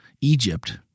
Egypt –